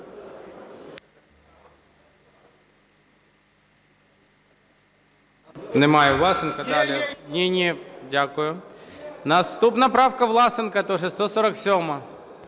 Наступна правка Власенка, 143-я.